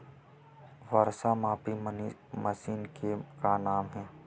वर्षा मापी मशीन के का नाम हे?